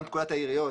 גם פקודת העיריות,